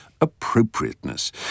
Appropriateness